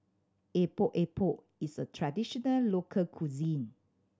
Epok Epok is a traditional local cuisine